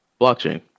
blockchain